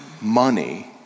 money